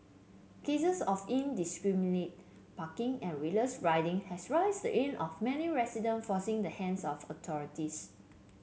cases of indiscriminate parking and reckless riding have raised the ire of many resident forcing the hands of authorities